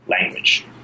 language